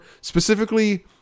specifically